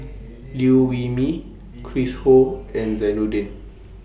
Liew Wee Mee Chris Ho and Zainudin